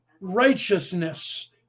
righteousness